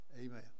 Amen